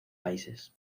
países